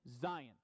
Zion